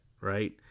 Right